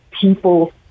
people